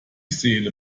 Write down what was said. seele